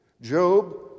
Job